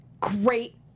Great